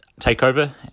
takeover